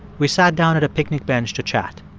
we sat down at a picnic bench to chat.